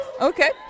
Okay